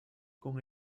con